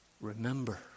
remember